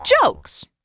jokes